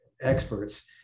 experts